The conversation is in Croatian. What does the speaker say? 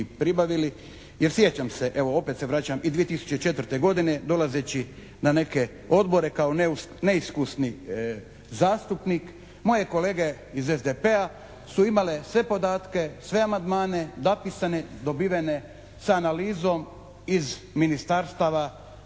pribavili. Jer sjećam se, evo opet se vraćam i 2004. godine dolazeći na neke odbore kao neiskusni zastupnik moje kolege iz SDP-a su imale sve podatke, sve amandmane zapisane, dobivene sa analizom iz ministarstava